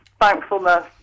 thankfulness